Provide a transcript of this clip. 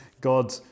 God